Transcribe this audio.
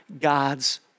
God's